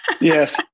Yes